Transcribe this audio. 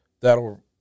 that'll